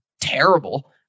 terrible